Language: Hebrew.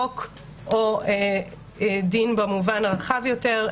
חוק או דין במובן הרחב יותר,